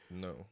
no